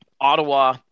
Ottawa